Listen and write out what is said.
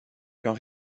qu’en